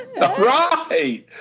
Right